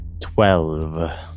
Twelve